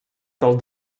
del